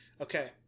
Okay